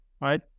right